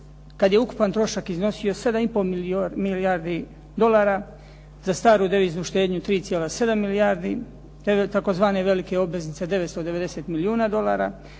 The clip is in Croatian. kada je ukupan trošak iznosio 7,5 milijardi dolara, za staru deviznu štednju 3,7 milijardi, ... tzv. velike obveznice 990 milijuna dolara,